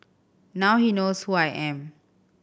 now he knows who I am